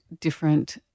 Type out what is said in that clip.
different